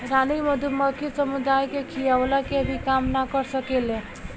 रानी मधुमक्खी समुदाय के खियवला के भी काम ना कर सकेले